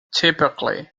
typically